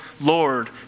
Lord